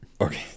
Okay